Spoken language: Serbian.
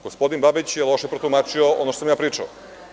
Gospodin Babić je loše protumačio ono što sam ja pričao.